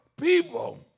people